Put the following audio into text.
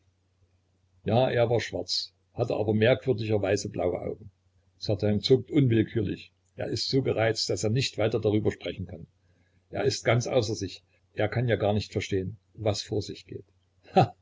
ja er war schwarz hatte aber merkwürdigerweise blaue augen certain zuckt unwillkürlich er ist so gereizt daß er nicht weiter darüber sprechen kann er ist ganz außer sich er kann ja gar nicht verstehen was vor sich geht